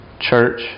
church